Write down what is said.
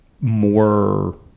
more